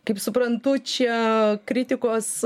kaip suprantu čia kritikos